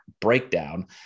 breakdown